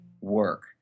work